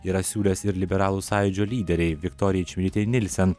yra siūlęs ir liberalų sąjūdžio lyderei viktorijai čmilytei nilsen